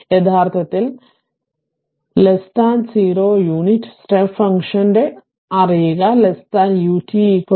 യഥാർത്ഥത്തിൽ ആശയം ഈ കോട്ട പോലെയാണ് 0 യൂണിറ്റ് സ്റ്റെപ്പ് ഫംഗ്ഷൻ കോട്ട അറിയുക 0 ut 0